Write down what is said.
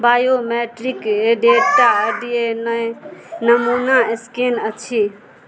biometric data D N A नमूना scan अछि